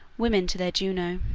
women to their juno.